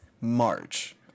March